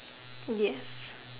yes